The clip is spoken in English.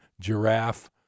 giraffe